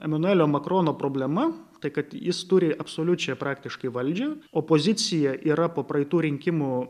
emanuelio makrono problema tai kad jis turi absoliučią praktiškai valdžią opozicija yra po praeitų rinkimų